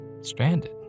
stranded